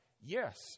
yes